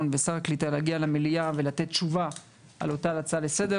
להגיע למליאה ולתת תשובה על אותה הצעה לסר,